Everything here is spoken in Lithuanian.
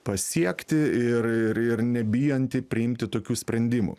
pasiekti ir ir ir nebijanti priimti tokių sprendimų